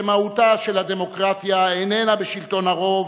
שמהותה של הדמוקרטיה איננה בשלטון הרוב,